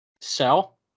Sell